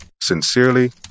Sincerely